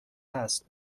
هست